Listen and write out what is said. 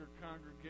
congregation